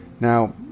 now